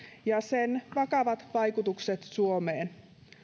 ja sen vakavat vaikutukset suomeen